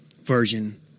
version